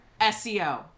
SEO